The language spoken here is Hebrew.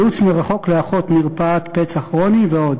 ייעוץ מרחוק לאחות מרפאת פצע כרוני ועוד.